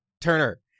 Turner